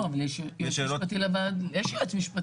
לא, יש יועץ משפטי.